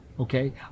Okay